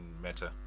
matter